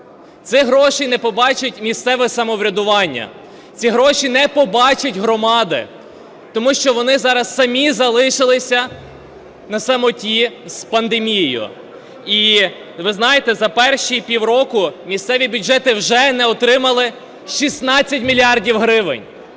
Цих грошей не побачить місцеве самоврядування, ці гроші не побачать громади, тому що вони зараз самі залишилися на самоті з пандемією. І ви знаєте, за перші півроку місцеві бюджети вже не отримали 16 мільярдів гривень.